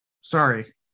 Sorry